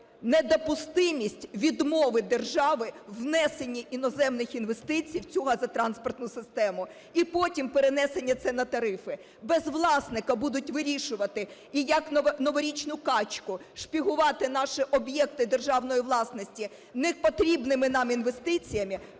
недопустимість відмови держави у внесенні іноземних інвестицій в цю газотранспортну систему і потім перенесення це на тарифи. Без власника будуть вирішувати і, як "новорічну качку", шпигувати наші об'єкти державної власності непотрібними нам інвестиціями,